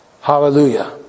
Hallelujah